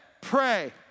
pray